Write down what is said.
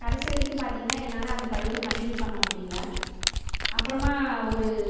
கடைசி வரைக்கும் பார்த்தீங்கன்னா என்னால் அந்த படிப்பை கண்டின்யூ பண்ண முடியலை அப்புறமா ஒரு